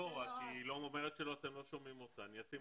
אי אפשר להעלות את משרד החוץ, אני רוצה לסכם